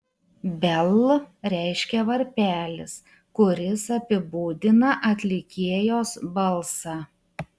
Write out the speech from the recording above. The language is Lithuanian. bell reiškia varpelis kuris apibūdina atlikėjos balsą